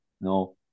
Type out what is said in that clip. No